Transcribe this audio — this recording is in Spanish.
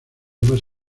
más